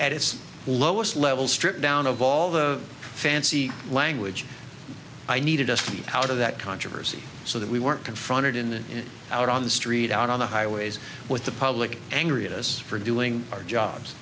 its lowest level stripped down of all the fancy language i needed us out of that controversy so that we weren't confronted in the out on the street out on the highways with the public angry at us for doing our jobs